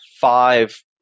five